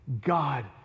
God